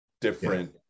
different